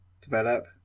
develop